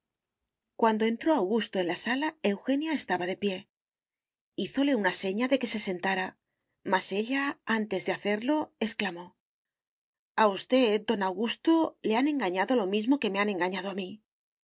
cuando entró augusto en la sala eugenia estaba de pie hízole una seña de que se sentara mas ella antes de hacerlo exclamó a usted don augusto le han engañado lo mismo que me han engañado a mí